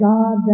God